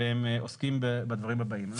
והם עוסקים בדברים הבאים.